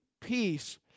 Peace